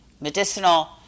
medicinal